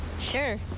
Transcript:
Sure